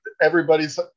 everybody's